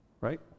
Right